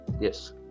yes